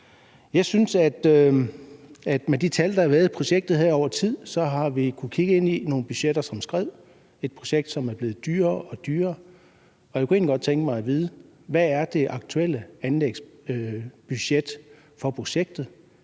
Jeg synes, at med de tal, der har været i projektet over tid, har vi kunnet se nogle budgetter, som skred, og et projekt, som er blevet dyrere og dyrere. Og jeg kunne egentlig godt tænke mig at vide, hvad det aktuelle anlægsbudget for projektet